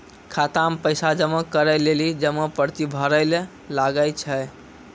खाता मे पैसा जमा करै लेली जमा पर्ची भरैल लागै छै